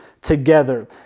together